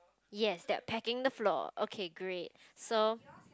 yes they are pecking the floor okay great so